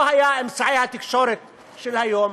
לא היו אמצעי התקשורת של היום,